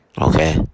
Okay